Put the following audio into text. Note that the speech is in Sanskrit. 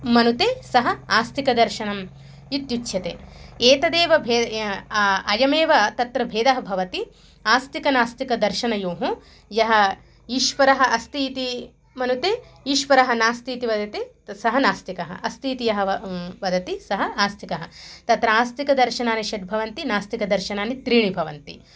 मनुते सः आस्तिकदर्शनम् इत्युच्यते एतदेव भेदः अयमेव तत्र भेदः भवति आस्तिकनास्तिकदर्शनयोः यः ईश्वरः अस्ति इति मनुते ईश्वरः नास्तीति वदति ते सः नास्तिकः अस्तीति यः वा वदति सः आस्तिकः तत्र आस्तिकदर्शनानि षड् भवन्ति नास्तिकदर्शनानि त्रीणि भवन्ति